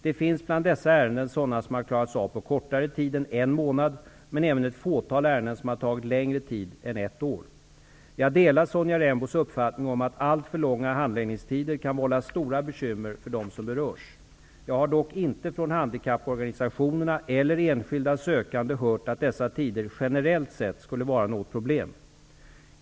Det finns bland dessa ärenden sådana som har klarats av på kortare tid än en månad, men det finns även ett fåtal ärenden som tagit längre tid än ett år. Jag delar Sonja Rembos uppfattning att alltför långa handläggningstider kan vålla stora bekymmer för dem som berörs. Jag har dock inte från handikapporganisationerna eller enskilda sökande hört att dessa tider generellt sett skulle vara något problem.